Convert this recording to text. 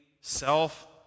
self